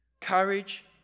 Courage